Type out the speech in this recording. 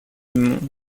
monde